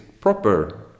proper